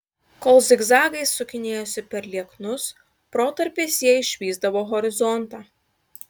kol zigzagais sukinėjosi per lieknus protarpiais jie išvysdavo horizontą